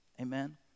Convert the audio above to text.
amen